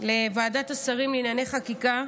לוועדת השרים לענייני חקיקה,